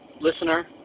listener